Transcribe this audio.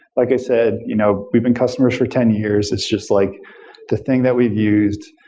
like i said, you know we've been customers for ten years. it's just like the thing that we've used.